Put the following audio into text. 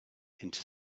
into